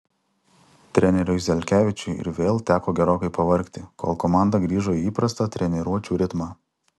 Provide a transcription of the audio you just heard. treneriui zelkevičiui ir vėl teko gerokai pavargti kol komanda grįžo į įprastą treniruočių ritmą